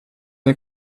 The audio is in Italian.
nel